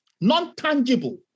non-tangible